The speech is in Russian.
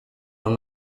нам